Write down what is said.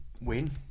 win